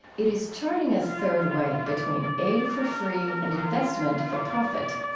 it is charting a third way between aid for free and investment for profit.